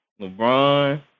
LeBron